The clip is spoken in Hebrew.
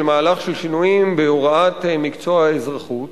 מהלך של שינויים בהוראת מקצוע האזרחות.